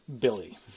Billy